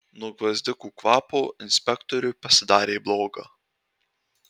nuo gvazdikų kvapo inspektoriui pasidarė bloga